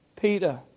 Peter